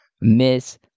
miss